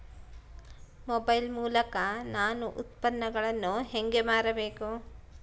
Mobile ಮೂಲಕ ನಾನು ಉತ್ಪನ್ನಗಳನ್ನು ಹೇಗೆ ಮಾರಬೇಕು?